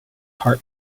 heart